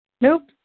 Nope